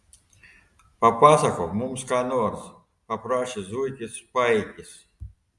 papasakok mums ką nors paprašė zuikis paikis